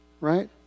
Right